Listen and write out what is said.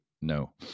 No